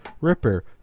Ripper